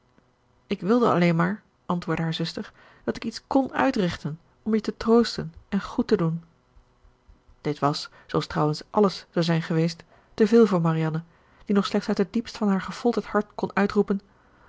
ik wilde alleen maar antwoordde haar zuster dat ik iets kn uitrichten om je te troosten en goed te doen dit was zooals trouwens àlles zou zijn geweest te veel voor marianne die nog slechts uit het diepst van haar gefolterd hart kon uitroepen